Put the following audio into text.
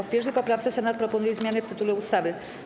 W 1. poprawce Senat proponuje zmianę w tytule ustawy.